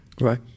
Right